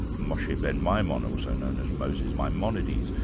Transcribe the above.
moshe ben maimon, also known as moses maimonides.